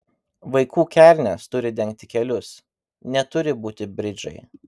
vaikų kelnės turi dengti kelius neturi būti bridžai